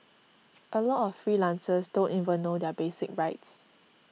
a lot of freelancers don't even know their basic rights